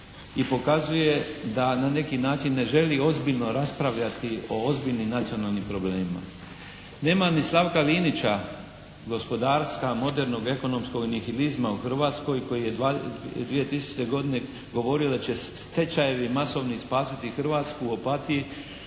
i pokazuje da na neki način ne želi ozbiljno raspravljati o ozbiljnim nacionalnim problemima. Nema ni Slavka Linića, … /Govornik se ne razumije./ … modernog ekonomskog nihilizma u Hrvatskoj koji je 2000. godine govorio da će stečajevi masovni spasiti Hrvatsku u Opatiji